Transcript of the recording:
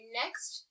next